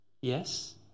yes